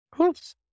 Oops